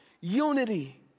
unity